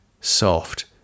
soft